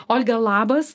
olga labas